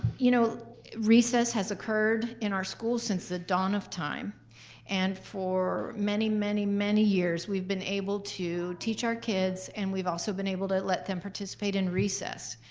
you know recess has occurred in our school since the dawn of time and for many, many many years we've been able to teach our kids and we've also been able to let them participate in recess.